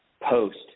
Post